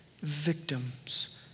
victims